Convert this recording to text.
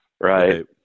Right